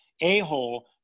a-hole